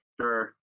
Sure